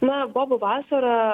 na bobų vasara